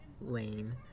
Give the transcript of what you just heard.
Lane